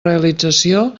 realització